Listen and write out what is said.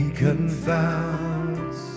confounds